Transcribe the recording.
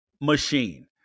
machine